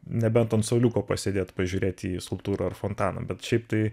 nebent ant suoliuko pasėdėt pažiūrėt į skulptūrą ar fontaną bet šiaip tai